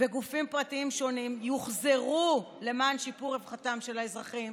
וגופים פרטיים שונים יוחזרו למען שיפור רווחתם של האזרחים,